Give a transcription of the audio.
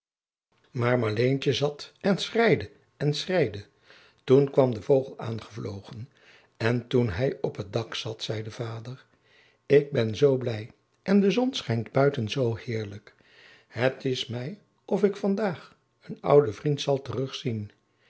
maar marleentje zat en schreide en schreide toen kwam de vogel aangevlogen en toen hij op het dak zat zei de vader ik ben zoo blij en de zon schijnt buiten zoo heerlijk het is mij of ik van daag een ouden vriend zal